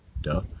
duh